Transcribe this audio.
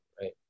right